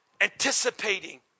anticipating